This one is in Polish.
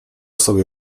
sobie